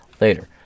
later